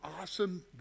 awesome